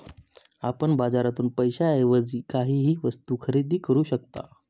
आपण बाजारातून पैशाएवजी काहीही वस्तु खरेदी करू शकता